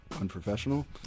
Unprofessional